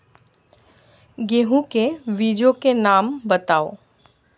गेहूँ के बीजों के नाम बताओ?